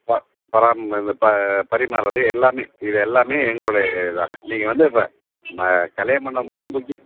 ப பரிமாறுறது எல்லாமே இது எல்லாமே எங்களோட இது தாங்க நீங்கள் வந்து கல்யாணம் மண்டபம் மட்டும் புக்கிங்